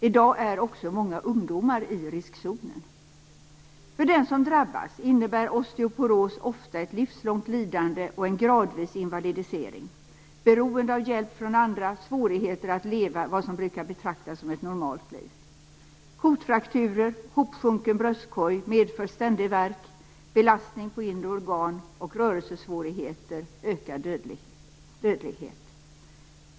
I dag är också många ungdomar i riskzonen. För den som drabbas innebär osteoporos ofta ett livslångt lidande och en gradvis invalidisering, beroende av hjälp från andra och svårigheter att leva vad som brukar betraktas som ett normalt liv. Kotfrakturer och hopsjunken bröstkorg medför ständig värk, belastning på inre organ, rörelsesvårigheter och ökad dödlighet.